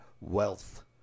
wealth